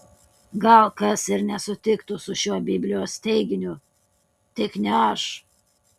gal kas ir nesutiktų su šiuo biblijos teiginiu tik ne aš